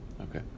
Okay